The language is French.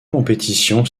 compétitions